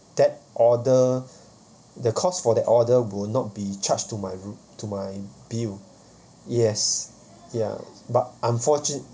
that order the cost for the order will not be charged to my room to my bill yes ya but unfortu~